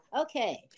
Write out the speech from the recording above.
okay